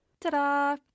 Ta-da